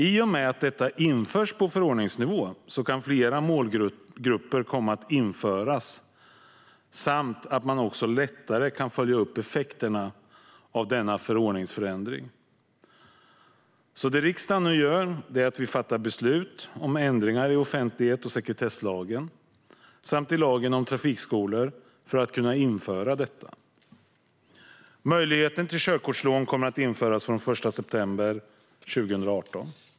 I och med att körkortslånet genomförs på förordningsnivå kan fler målgrupper införas, och även effekterna kan lättare följas upp av denna förordningsändring. Riksdagen fattar nu beslut om ändringar i offentlighets och sekretesslagen samt i lagen om trafikskolor för att kunna införa körkortslån. Möjligheten till körkortslån kommer att införas den 1 september 2018.